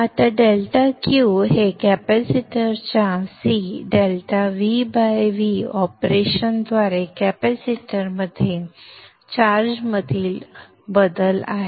आता delta Q हे कॅपेसिटरच्या C∆VV ऑपरेशनद्वारे कॅपेसिटरमध्ये चार्जमधील बदल आहेत